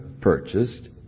purchased